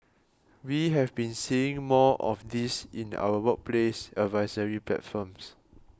we have been seeing more of this in our workplace advisory platforms